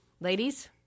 ladies